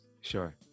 Sure